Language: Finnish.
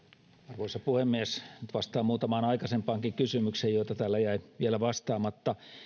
arvoisa puhemies nyt vastaan muutamaan aikaisempaankin kysymykseen joihin täällä jäi vielä vastaamatta